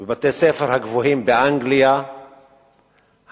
בבתי-הספר הגבוהים באנגליה המלקות